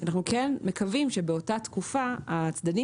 אנחנו כן מקווים שבאותה תקופה הצדדים